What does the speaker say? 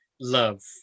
love